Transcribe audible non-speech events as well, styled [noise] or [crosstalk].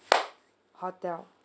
[noise] hotel